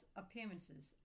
appearances